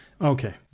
Okay